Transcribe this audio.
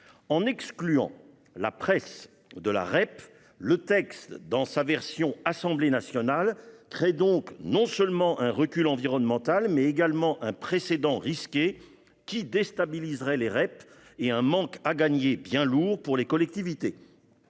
En excluant la presse de la REP, le texte dans la version de l'Assemblée nationale créait non seulement un recul environnemental, mais également un précédent risqué, qui risquait de déstabiliser les REP et d'entraîner un manque à gagner bien lourd pour les collectivités.